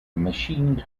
machine